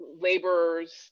laborers